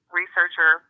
researcher